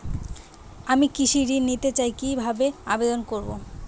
আমি কৃষি ঋণ নিতে চাই কি ভাবে আবেদন করব?